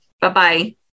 Bye-bye